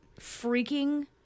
freaking